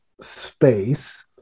space